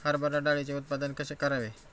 हरभरा डाळीचे उत्पादन कसे करावे?